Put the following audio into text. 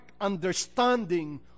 understanding